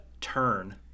turn